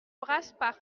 brasparts